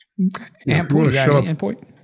Endpoint